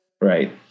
Right